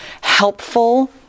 helpful